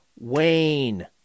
Wayne